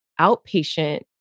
outpatient